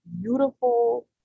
beautiful